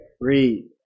Read